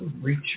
reach